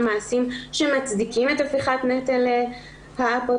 מעשים שמצדיקים את הפיכת נטל האפוטרופסות,